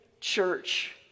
church